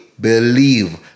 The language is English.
believe